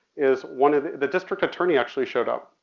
is one of the district attorney actually showed up.